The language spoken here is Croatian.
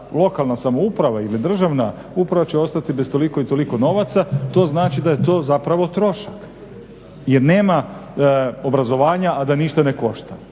Lokalna samouprava ili državna uprava će ostati bez toliko i toliko novaca, to znači da je to zapravo trošak. Jer nema obrazovanja a da ništa ne košta.